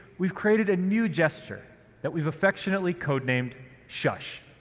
we've created a new gesture that we've affectionately code-named shush.